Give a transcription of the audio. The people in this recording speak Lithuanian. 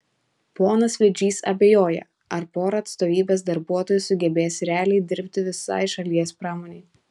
ponas vidžys abejoja ar pora atstovybės darbuotojų sugebės realiai dirbti visai šalies pramonei